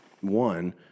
One